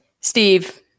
Steve